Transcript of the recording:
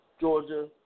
Georgia